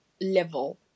level